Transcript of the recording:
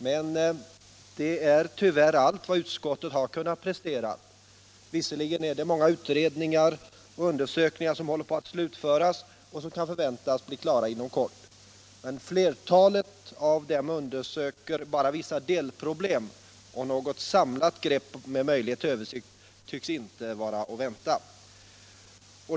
Men det är tyvärr allt vad utskottet har kunnat prestera. Visserligen håller många utredningar och undersökningar på att slutföras och kan förväntas bli klara inom kort, men flertalet av dem behandlar bara vissa delproblem. Något samlat grepp med möjlighet till översikt tycks inte vara att vänta.